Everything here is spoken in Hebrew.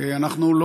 אנחנו,